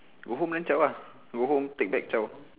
go home then chao ah go home take bag chao